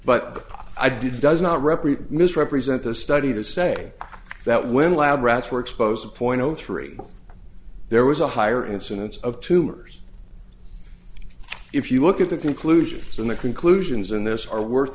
but i do does not represent misrepresent the study to say that when lab rats were exposed a point zero three there was a higher incidence of tumors if you look at the conclusions than the conclusions in this are worth